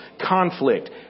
Conflict